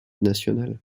nationale